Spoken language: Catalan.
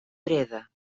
breda